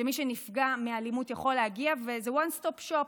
שמי שנפגע מאלימות יכול להגיע וזה one stop shop,